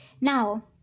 Now